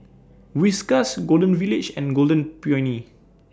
Whiskas Golden Village and Golden Peony